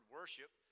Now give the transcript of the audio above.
worship